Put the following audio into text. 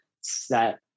set